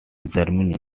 germany